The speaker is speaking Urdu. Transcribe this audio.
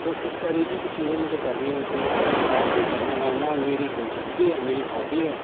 تو اس طریقے کی چیزیں مجھے کرنی ہوتی ہیں باقی گانا گانا میری دلچسپی ہے میری ہابی ہے